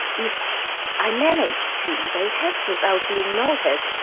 if i managed to evade tax without being noticed,